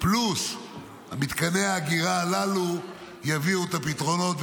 פלוס מתקני האגירה הללו יביאו את הפתרונות.